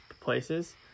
places